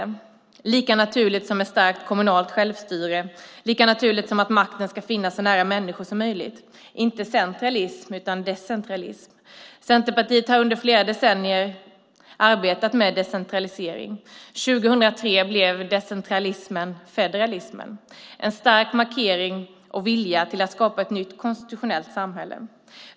Det är lika naturligt som ett starkt kommunalt självstyre och lika naturligt som att makten ska finnas så nära människor som möjligt - inte centralism utan decentralism. Centerpartiet har i flera decennier arbetat med decentralisering. År 2003 blev decentralismen federalismen - en stark markering och vilja till att skapa ett nytt konstitutionellt samhälle.